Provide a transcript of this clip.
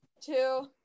two